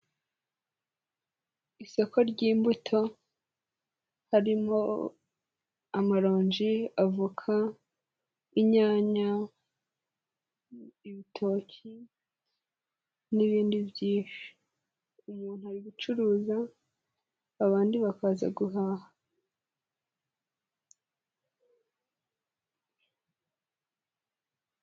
Isoko ry'imbuto, harimo amaronji, avoka, inyanya, ibitoki n'ibindi byinshi, umuntu ari gucuruza abandi bakaza guhaha.